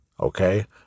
Okay